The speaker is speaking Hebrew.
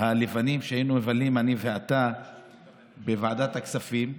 הלבנים שהיינו מבלים, אתה ואני, בוועדת הכספים.